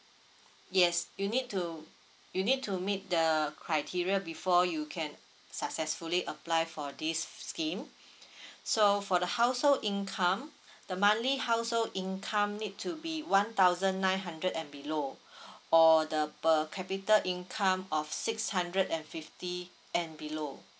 yes you need to you need to meet the criteria before you can successfully apply for this scheme so for the household income the monthly household income need to be one thousand nine hundred and below or the per capita income of six hundred and fifty and below